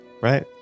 right